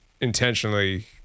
intentionally